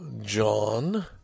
John